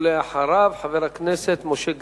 ואחריו, חבר הכנסת משה גפני.